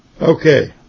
Okay